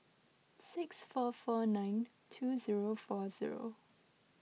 six four four nine two zero four zero